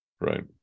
Right